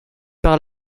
par